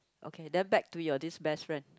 okay then back to your this best friend